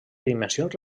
dimensions